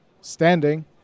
standing